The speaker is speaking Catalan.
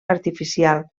artificial